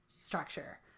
structure